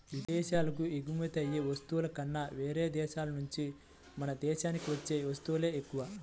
ఇదేశాలకు ఎగుమతయ్యే వస్తువుల కన్నా యేరే దేశాల నుంచే మన దేశానికి వచ్చే వత్తువులే ఎక్కువ